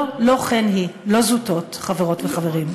לא כן היא, לא זוטות, חברות וחברים.